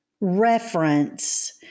reference